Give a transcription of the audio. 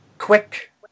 Quick